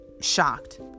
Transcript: shocked